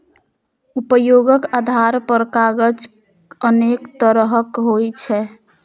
उपयोगक आधार पर कागज अनेक तरहक होइ छै